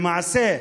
למעשה,